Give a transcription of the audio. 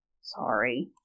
sorry